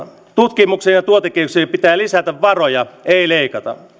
tutkimukseen ja tuotekehitykseen pitää lisätä varoja ei ei leikata